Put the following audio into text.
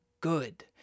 good